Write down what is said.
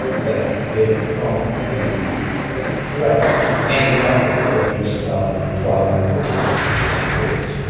that they become a threat to any effort of a municipality to try to enforce it's rules.